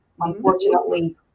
Unfortunately